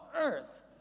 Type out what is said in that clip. earth